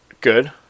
good